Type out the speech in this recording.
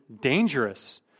dangerous